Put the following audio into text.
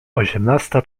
osiemnasta